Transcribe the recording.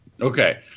Okay